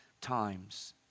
times